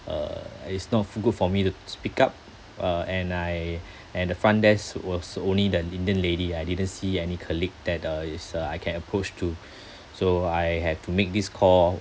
uh it's not good for me to speak up uh and I and the front desk was only that indian lady I didn't see any colleague that uh is uh I can approach to so I have to make this call